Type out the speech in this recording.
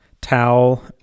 towel